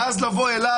ואז לבוא אליו: